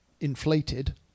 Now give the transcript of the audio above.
inflated